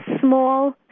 small